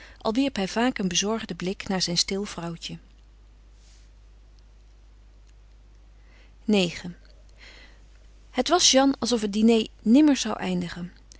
wierp hij vaak een bezorgden blik naar zijn stil vrouwtje ix het was jeanne alsof het diner nimmer zou eindigen